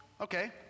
Okay